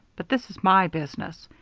but this is my business.